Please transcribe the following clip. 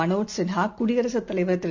மனோஜ் சின்ஹாகுடியரசுத் தலைவர் திரு